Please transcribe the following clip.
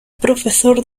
profesor